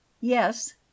yes